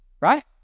right